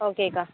ஓகேக்கா